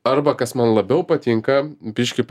arba kas man labiau patinka biškį